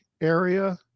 area